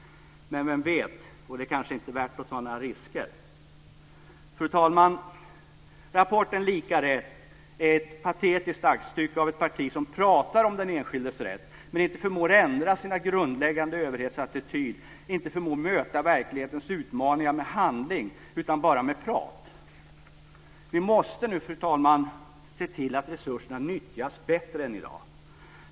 Men vem vet, och det är kanske inte värt att ta några risker? Fru talman! Rapporten Lika rätt är ett patetiskt aktstycke av ett parti som pratar om den enskildes rätt men inte förmår ändra sin grundläggande överhetsattityd, inte förmår möta verklighetens utmaningar med handling utan bara med prat. Vi måste nu, fru talman, se till att resurserna nyttjas bättre än i dag.